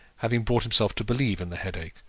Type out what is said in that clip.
having brought himself to believe in the headache,